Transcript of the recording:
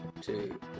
two